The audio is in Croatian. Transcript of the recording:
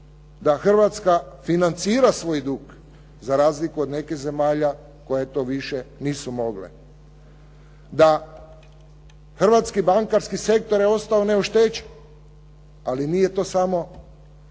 da Hrvatska financira svoj dug za razliku od nekih zemalja koje to više nisu mogle, da hrvatski bankarski sektor je ostao neoštećen, ali nije to samo